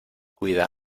cuida